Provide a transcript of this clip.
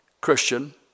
Christian